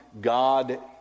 God